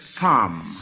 palm